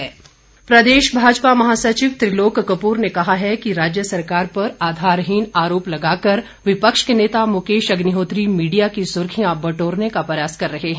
त्रिलोक कपूर प्रदेश भाजपा महासचिव त्रिलोक कप्र ने कहा है कि राज्य सरकार पर आधारहीन आरोप लगाकर विपक्ष के नेता मुकेश अग्निहोत्री मीडिया की सुर्खियां बटोरने का प्रयास कर रहे हैं